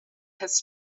has